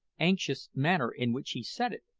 anxious manner in which he said it,